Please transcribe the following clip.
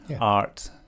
art